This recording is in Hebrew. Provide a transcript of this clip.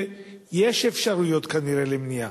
ויש אפשרויות כנראה למניעה.